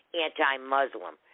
anti-Muslim